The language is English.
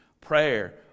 prayer